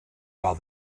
while